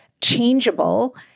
changeable